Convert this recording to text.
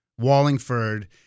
Wallingford